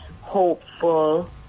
hopeful